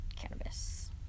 cannabis